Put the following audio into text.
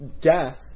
death